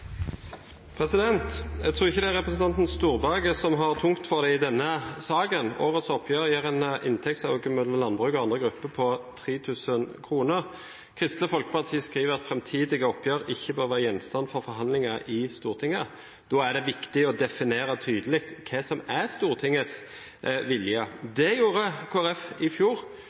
representanten Storberget som har tungt for det i denne saken. Årets oppgjør gir en inntektsøkning mellom landbruk og andre grupper på 3 000 kr. Kristelig Folkeparti skriver at framtidige oppgjør ikke bør være gjenstand for forhandlinger i Stortinget. Da er det viktig å definere tydelig hva som er Stortingets vilje.